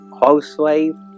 housewife